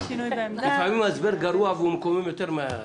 לפעמים ההסבר גרוע והוא מקומם יותר.